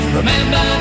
remember